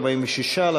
לא